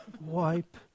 wipe